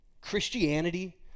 Christianity